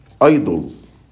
idols